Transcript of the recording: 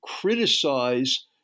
criticize